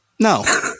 No